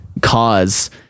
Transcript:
cause